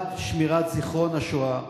בעד שמירת זיכרון השואה,